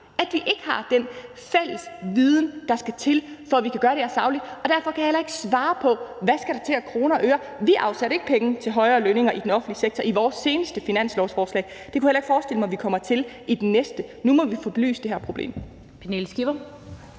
Vi har ikke den fælles viden, der skal til, for at vi kan gøre det her sagligt. Derfor kan jeg heller ikke svare på, hvad der skal til af kroner og øre. Vi afsatte ikke penge til højere lønninger i den offentlige sektor i vores seneste finanslovsforslag, og det kan jeg heller ikke forestille mig at vi kommer til i det næste. Nu må vi få belyst det her problem.